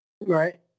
Right